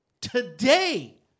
today